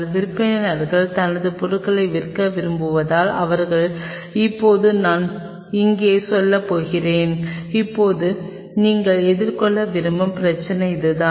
விற்பனையாளர் தனது பொருட்களை விற்க விரும்புவதால் அவர்கள் இப்போது நான் இங்கே சொல்லப் போகிறேன் இப்போது நீங்கள் எதிர்கொள்ள விரும்பும் பிரச்சினை இதுதான்